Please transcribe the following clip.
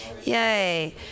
Yay